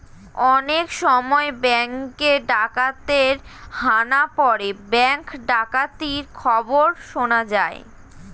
অনেক সময় ব্যাঙ্কে ডাকাতের হানা পড়ে ব্যাঙ্ক ডাকাতির খবর শোনা যায়